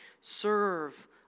Serve